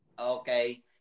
Okay